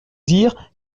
dire